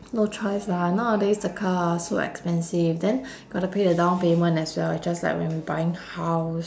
no choice lah nowadays the car so expensive then got to pay the down payment as well it's just like when we buying house